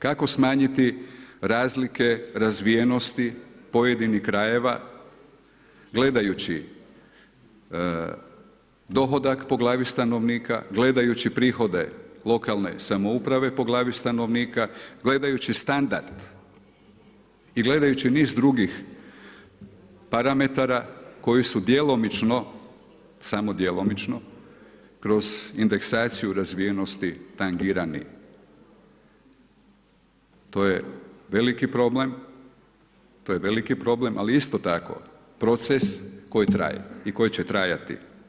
Kako smanjiti razlike razvijenosti pojedinih krajeva gledajući dohodak po glavi stanovnika, gledajući prihode lokalne samouprave po glavi stanovnika, gledajući standard i gledajući niz drugih parametara koji su djelomično, samo djelomično kroz indeksaciju razvijenosti tangirani, to je veliki problem, ali isto tako proces koji traje i koji će trajati.